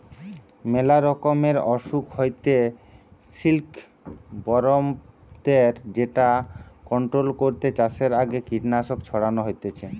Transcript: মেলা রকমের অসুখ হইতে সিল্কবরমদের যেটা কন্ট্রোল করতে চাষের আগে কীটনাশক ছড়ানো হতিছে